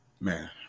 Man